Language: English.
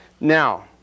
Now